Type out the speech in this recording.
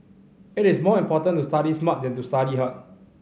it is more important to study smart than to study hard